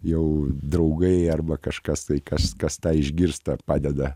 jau draugai arba kažkas tai kas kas tą išgirsta padeda